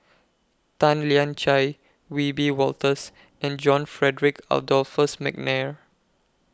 Tan Lian Chye Wiebe Wolters and John Frederick Adolphus Mcnair